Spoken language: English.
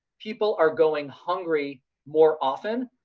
people are going hungry more often,